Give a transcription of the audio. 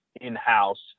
in-house